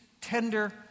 tender